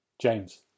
James